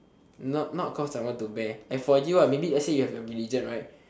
not not cause I want to bear like for you lah maybe let's say you have your religion right